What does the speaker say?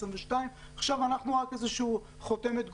עכשיו אנחנו רק איזושהי חותמת גומי,